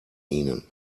ihnen